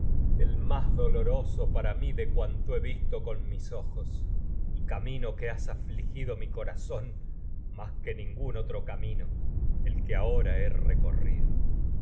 el con más doloroso para mi afli de cuantos he visto mis ojos y camino que has gido mi corazón más que recorrido tu ningún otro camino el que ahora he